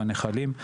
בנחלים,